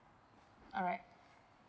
alright